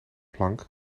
plank